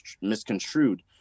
misconstrued